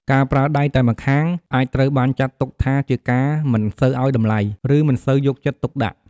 ការប្រើដៃតែម្ខាង អាចត្រូវបានចាត់ទុកថាជាការមិនសូវឱ្យតម្លៃ ឬមិនសូវយកចិត្តទុកដាក់។